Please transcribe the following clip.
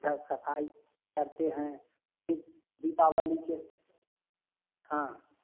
घर सफ़ाई करते हैं फिर दीपावली के हाँ